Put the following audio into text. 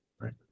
right